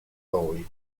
bowie